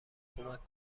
کمک